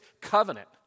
covenant